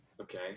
Okay